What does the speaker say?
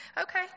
Okay